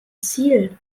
ziel